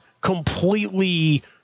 completely